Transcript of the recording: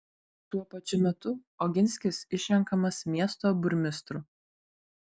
tuo pačiu metu oginskis išrenkamas miesto burmistru